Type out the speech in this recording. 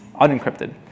unencrypted